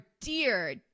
dear